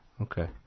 Okay